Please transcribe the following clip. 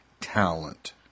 talent